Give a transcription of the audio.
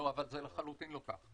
לא, אבל זה לחלוטין לא כך.